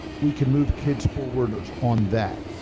we can move kids forward on that.